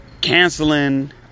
canceling